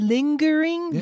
Lingering